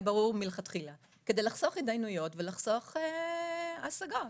ברור מלכתחילה כדי לחסוך התדיינויות ולחסוך השגות.